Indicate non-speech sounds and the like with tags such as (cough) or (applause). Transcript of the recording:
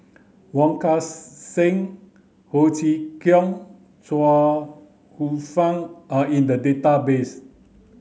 wong Kan (unintelligible) Seng Ho Chee Kong Chuang Hsueh Fang are in the database